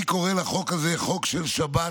אני קורא לחוק הזה חוק של שבת,